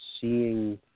seeing